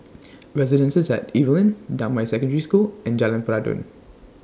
Residences At Evelyn Damai Secondary School and Jalan Peradun